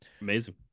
Amazing